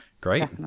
great